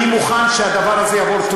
אני מוכן שהדבר הזה יעבור בקריאה